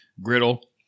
griddle